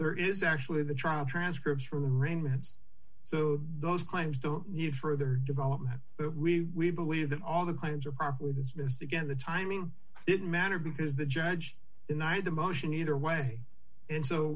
there is actually the trial transcripts from the raymond's so those claims don't need further development but we believe that all the claims are properly dismissed again the timing didn't matter because the judge denied the motion either way and so